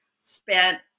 spent